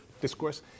Discourse